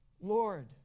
Lord